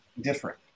different